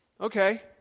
Okay